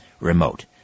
remote